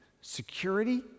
security